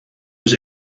was